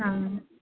आम्